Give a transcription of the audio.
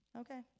Okay